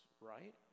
right